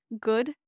good